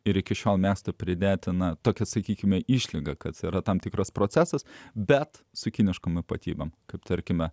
ir iki šiol mesto pridėtina tokia sakykime išlyga kad yra tam tikras procesas bet su kiniškom ypatybėm kaip tarkime